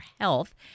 Health